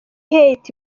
heights